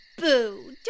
boo